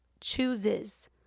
chooses